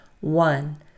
One